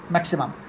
Maximum